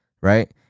right